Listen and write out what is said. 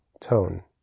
tone